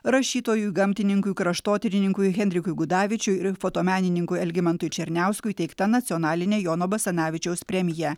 rašytojui gamtininkui kraštotyrininkui henrikui gudavičiui ir fotomenininkui algimantui černiauskui įteikta nacionalinė jono basanavičiaus premija